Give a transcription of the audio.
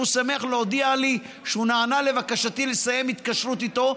שמח להודיע לי שהוא נענה לבקשתי לסיים התקשרות איתו,